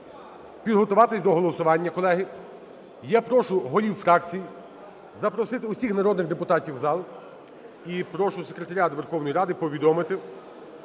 підготуватися до голосування, колеги. Я прошу голів фракцій запросити усіх народних депутатів в зал. І прошу Секретаріат Верховної Ради повідомити,